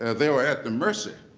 and they are at the mercy